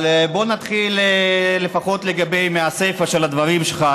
אבל בוא נתחיל לפחות מהסיפה של הדברים שלך,